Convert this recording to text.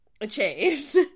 achieved